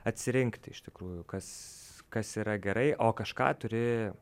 atsirinkti iš tikrųjų kas kas yra gerai o kažką turi